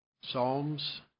Psalms